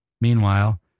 Meanwhile